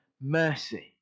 mercy